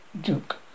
duke